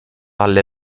alle